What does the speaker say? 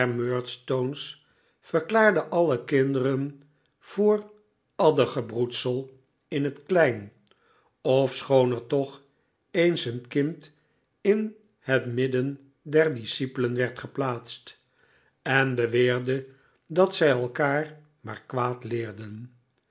murdstone's verklaarde alle kinderen voor adderengebtoedsel in het klein ofschoon er toch eens een kind in het midden der discipelen werd geplaatst en beweerde dat zij elkaar maar kwaad leerden